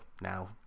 now